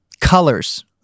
colors